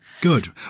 Good